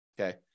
okay